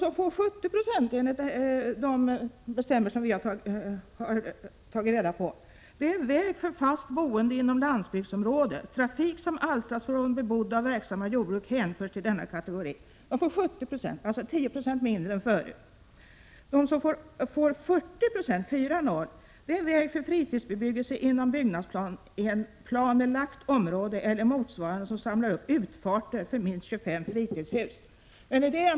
Vi har tagit reda på bestämmelserna, och enligt dem gäller 70 90 för väg för fast boende inom landsbygdsområdet. Trafik som alstras från bebodda och verksamma jordbruk hänförs till denna kategori. 70 90 är 10 procentenheter mindre än förut. 40 90 gäller för väg för fritidsbebyggelse inom byggnadsplanelagt område eller motsvarande som samlar upp utfarter för minst 25 fritidshus.